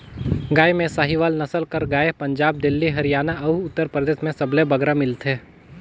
गाय में साहीवाल नसल कर गाय पंजाब, दिल्ली, हरयाना अउ उत्तर परदेस में सबले बगरा मिलथे